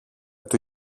του